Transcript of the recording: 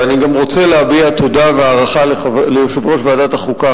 ואני גם רוצה להביע תודה והערכה ליושב-ראש ועדת החוקה,